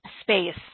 space